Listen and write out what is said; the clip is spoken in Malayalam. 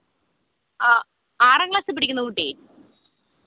ആ ആറാങ്ക്ളാസി പഠിക്കുന്ന കുട്ടി